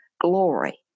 glory